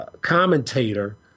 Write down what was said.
commentator